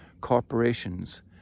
corporations